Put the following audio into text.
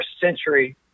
century